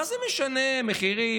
מה זה משנה המחירים?